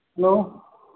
hello